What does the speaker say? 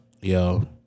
Yo